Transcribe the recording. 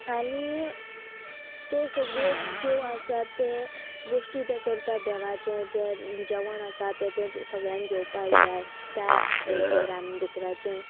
आनी त्यो सगळ्यो ज्यो आसा ते गोश्टी ते करता देवाचे जे जेवण आसा ते सगळ्यान जेवपाक जाय त्या हेचे रान दुकराचे